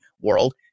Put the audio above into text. world